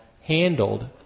handled